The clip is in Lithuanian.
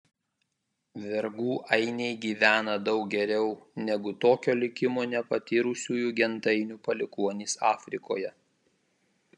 vergų ainiai gyvena daug geriau negu tokio likimo nepatyrusiųjų gentainių palikuonys afrikoje